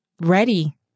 ready